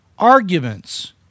Arguments